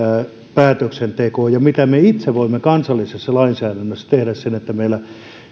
päätöksenteko ja miten me itse voimme kansallisessa lainsäädännössä tehdä sen että